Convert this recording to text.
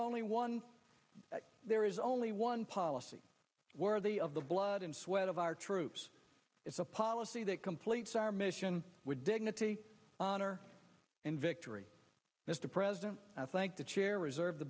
only one there is only one policy worthy of the blood and sweat of our troops it's a policy that completes our mission with dignity honor and victory mr president i thank the chair reserve the